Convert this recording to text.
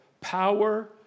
power